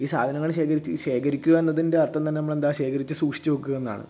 ഈ സാധനങ്ങള് ശേഖരിച്ച് ശേഖരിക്കുക എന്നതിൻ്റെ അർത്ഥം തന്നെ നമ്മളെന്താ ശേഖരിച്ച് സൂക്ഷിച്ച് വെക്കുക എന്നാണ്